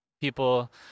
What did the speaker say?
people